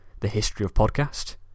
thehistoryofpodcast